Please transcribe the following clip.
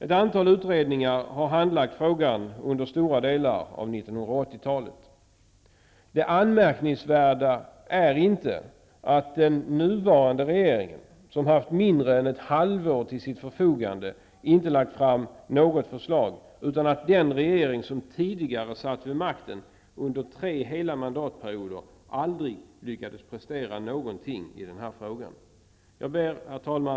Frågan har under en stor del av 80-talet behandlats i åtskilliga utredningar. Det anmärkningsvärda är inte att den nuvarande regeringen, som har haft mindre än ett halvår till sitt förfogande, inte har lagt fram något förslag, utan att den regering som tidigare satt vid makten under tre hela mandatperioder aldrig lyckades prestera någonting i den här frågan. Herr talman!